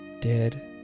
dead